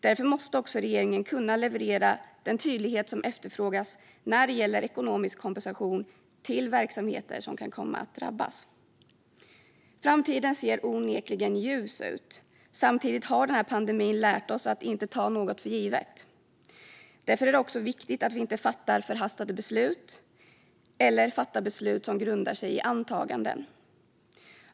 Därför måste också regeringen kunna leverera den tydlighet som efterfrågas när det gäller ekonomisk kompensation till verksamheter som kan komma att drabbas. Framtiden ser onekligen ljus ut. Samtidigt har den här pandemin lärt oss att inte ta något för givet. Därför är det viktigt att vi inte fattar förhastade beslut eller beslut som grundar sig i antaganden.